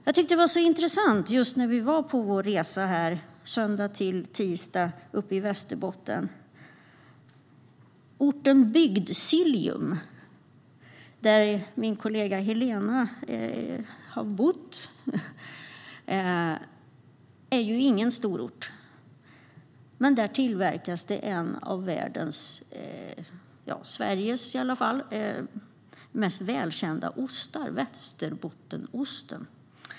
Jag tyckte att det var intressant när vi var på vår resa från söndag till tisdag uppe i Västerbotten och besökte orten Bygdsiljum, där min kollega Helena har bott. Orten är inte stor, men där tillverkas en av Sveriges mest välkända ostar, nämligen västerbottensosten.